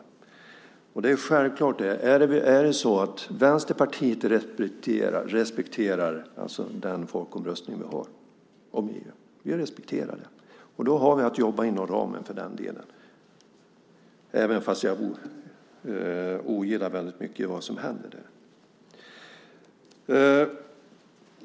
Det är självklart att Vänsterpartiet respekterar den folkomröstning vi haft om EU. Vi respekterar resultatet. Vi har att jobba inom ramen för det, även om jag ogillar mycket av det som händer där.